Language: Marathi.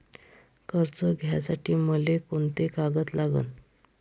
कर्ज घ्यासाठी मले कोंते कागद लागन?